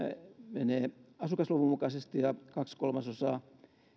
menee asukasluvun mukaisesti ja kaksi kolmasosaa